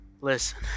Listen